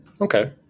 okay